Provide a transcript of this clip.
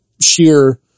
sheer